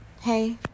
Hey